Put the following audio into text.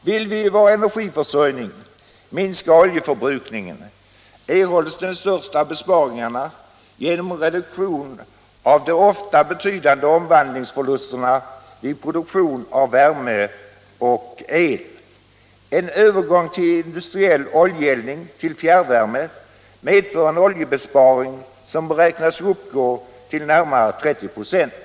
Vill vi minska oljeförbrukningen i vår energiförsörjning erhålls de största besparingarna genom reduktion av de ofta betydande omvandlingsförlusterna vid produktion av värme och el. En övergång till industriell oljeeldning, till fjärrvärme, medför en oljebesparing som beräknas uppgå till närmare 30 96.